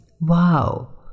Wow